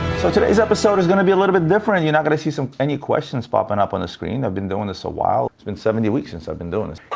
so, today's episode is gonna be a little bit different. you're not gonna see some any questions popping up the screen. i've been doing this a while. it's been seventy weeks since i've been doing this.